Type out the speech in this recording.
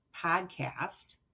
podcast